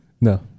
No